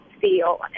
feel